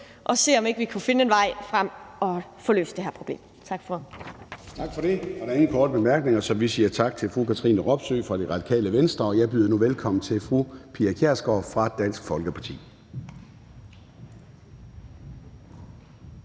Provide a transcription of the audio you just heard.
vi se, om ikke vi kunne finde en vej frem og få løst det her problem. Tak for ordet. Kl. 14:44 Formanden (Søren Gade): Tak for det. Der er ingen korte bemærkninger, så vi siger tak til fru Katrine Robsøe fra Radikale Venstre. Jeg byder nu velkommen til fru Pia Kjærsgaard fra Dansk Folkeparti.